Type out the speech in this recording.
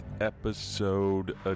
episode